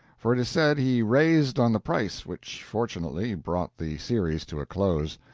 for it is said he raised on the price, which, fortunately, brought the series to a close.